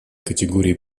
категории